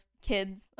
kids